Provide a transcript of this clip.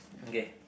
okay